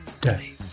day